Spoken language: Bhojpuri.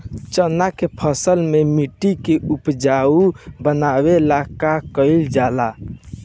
चन्ना के फसल में मिट्टी के उपजाऊ बनावे ला का कइल जाला?